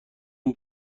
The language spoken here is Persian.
اون